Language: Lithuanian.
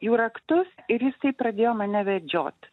jų raktus ir jisai pradėjo mane vedžiot